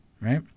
right